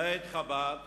בית-חב"ד